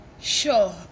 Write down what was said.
sure